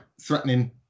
threatening